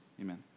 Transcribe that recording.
Amen